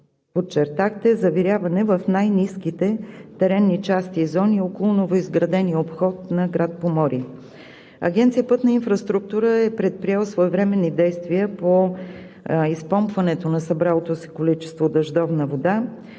подчертахте, завиряване в най-ниските теренни части и зони около новоизградения обход на град Поморие. Агенция „Пътна инфраструктура“ е предприела своевременни действия по изпомпването на събралото се количество дъждовна вода,